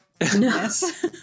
Yes